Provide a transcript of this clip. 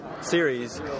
series